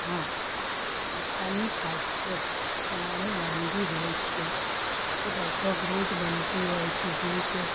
હા વિસ્તારની ખાસિયત પ્રમાણે વાનગી હોય છે એ લગભગ રોજ બનતી હોય છે જેવી કે